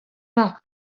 mar